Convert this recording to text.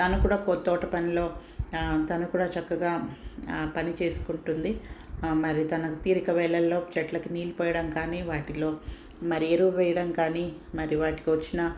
తను కూడా తోటపనిలో తను కూడా చక్కగా పని చేసుకుంటుంది మరి తనకు తీరిక వేళల్లో చెట్లకు నీళ్లు పోయడం కానీ వాటిలో మరి ఎరువు వెయ్యడం కానీ మరి వాటికి వచ్చిన